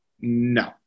No